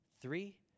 Three